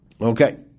Okay